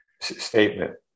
statement